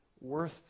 worth